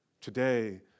Today